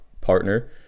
partner